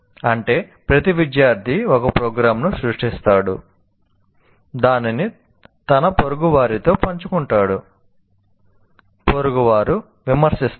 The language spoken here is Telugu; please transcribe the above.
అంటే ప్రతి విద్యార్థి ఒక ప్రోగ్రామ్ను సృష్టిస్తాడు దానిని తన పొరుగువారితో పంచుకుంటాడు పొరుగువారు విమర్శిస్తారు